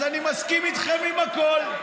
אז אני מסכים איתכם על הכול.